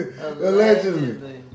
Allegedly